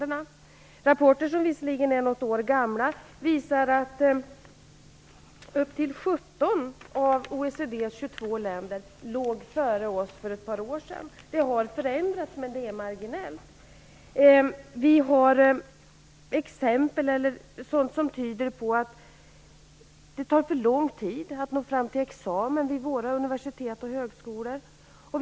Rapporter, som visserligen är något år gamla, visar att upp till 17 av OECD:s 22 länder låg före oss för ett par år sedan. Detta har förändrats, men det är marginellt. Det finns exempel som tyder på att det tar för lång tid att nå fram till examen vid våra universitet och högskolor.